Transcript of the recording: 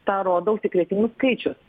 tą rodo užsikrėtimų skaičius